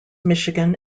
michigan